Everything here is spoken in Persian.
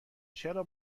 چرا